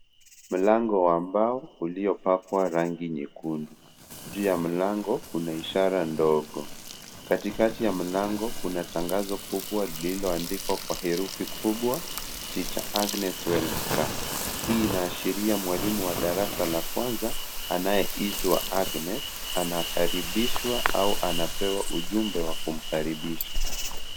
Mlango ambao uliopakwa rangi Nyekundu. Juu ya mlango kuna ishara ndogo. Katikati ya mlango kuna tangazo kubwa lilioandikwa kwa herufi kubwa, Tr. Agnes Welcome . Hii inaashiria mwalimu wa darasa la kwanza, anayeitwa agnes, anakaribishwa au anapewa ujumbe wa kumkaribisha.